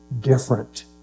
different